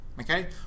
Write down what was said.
okay